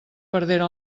perdera